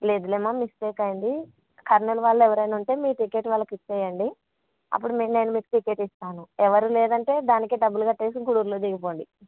లేదులేమా mistake అయ్యింది కర్నూలు వాళ్ళు ఎవరైనా ఉంటే మీ టికెట్ వాళ్ళకి ఇవ్వండి అప్పుడు మీ నేను మీకు టికెట్ ఇస్తాను ఎవరు లేదంటే దానికి డబ్బులు కట్టేసి గూడూరులో దిగిపోండి